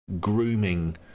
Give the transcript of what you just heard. grooming